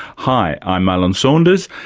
hi, i'm alan saunders,